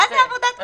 מה זה עבודת מטה?